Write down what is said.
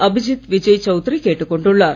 அபிஜித் விஜய் சவுத்ரி கேட்டுக் கொண்டுள்ளார்